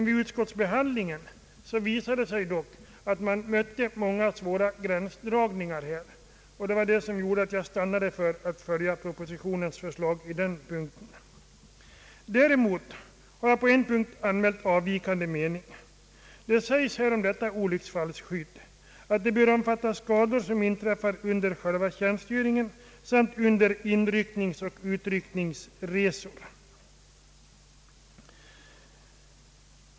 Vid utskottsbehandlingen visade det sig dock att många svåra gränsdragningar skulle uppstå, och det gjorde att jag stannade för att följa propositionens förslag på denna punkt. Däremot har jag på en annan punkt anmält avvikande mening. Det sägs här att detta olycksfallsskydd bör omfatta skador som inträffar under själva tjänstgöringen samt under inryckningsoch utryckningsresor.